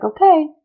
okay